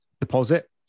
deposit